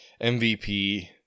MVP